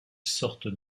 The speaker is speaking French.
sorte